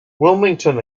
wilmington